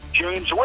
James